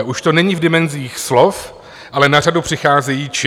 Už to není v dimenzích slov, ale na řadu přicházejí činy.